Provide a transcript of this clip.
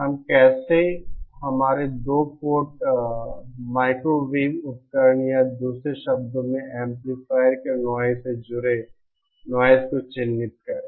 हम कैसे हमारे 2 पोर्ट माइक्रोवेव उपकरण या दूसरे शब्दों में एम्पलीफायर के नॉइज़ से जुड़े नॉइज़ को चिह्नित करें